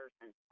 person